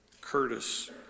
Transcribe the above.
Curtis